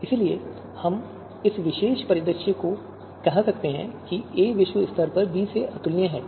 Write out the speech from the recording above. इसलिए हम इस विशेष परिदृश्य को कह सकते हैं कि a विश्व स्तर पर b से अतुलनीय है